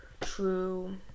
true